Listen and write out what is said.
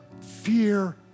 fear